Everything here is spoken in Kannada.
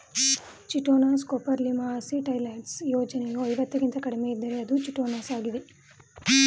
ಚಿಟೋಸಾನ್ ಕೋಪೋಲಿಮರ್ನ ಅಸಿಟೈಲೈಸ್ಡ್ ಸಂಯೋಜನೆ ಐವತ್ತಕ್ಕಿಂತ ಕಡಿಮೆಯಿದ್ದರೆ ಅದು ಚಿಟೋಸಾನಾಗಿದೆ